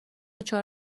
چهار